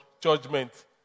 judgment